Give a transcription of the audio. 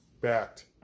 backed